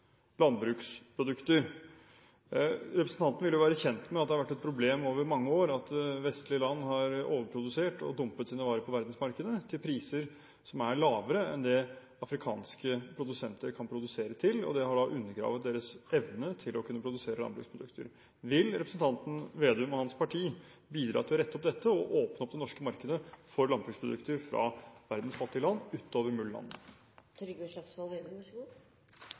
landbruksprodukter? Representanten vil jo være kjent med at det har vært et problem over mange år at vestlige land har overprodusert og dumpet sine varer på verdensmarkedet til priser som er lavere enn det som afrikanske produsenter kan produsere til, og det har da undergravet deres evne til å kunne produsere landbruksprodukter. Vil representanten Slagsvold Vedum og hans parti bidra til å rette opp dette og åpne opp det norske markedet for landbruksprodukter fra verdens fattige land, utover